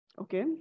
Okay